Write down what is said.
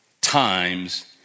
times